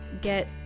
get